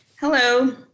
Hello